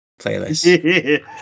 playlist